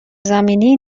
زمینی